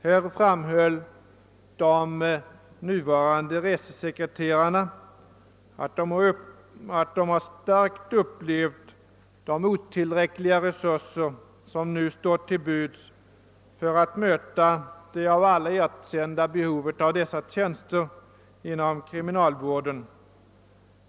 Här framhöll de nuvarande resesekreterarna att de starkt har upplevt de otillräckliga resurser som nu står till buds för att möta det av alla erkända behovet av dessa tjänster inom kriminalvården.